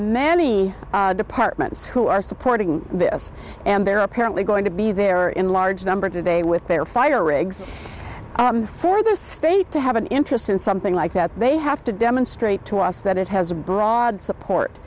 many departments who are supporting this and they're apparently going to be there in large numbers today with their fire rigs for the state to have an interest in something like that they have to demonstrate to us that it has a broad support